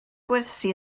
gwersi